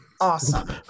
Awesome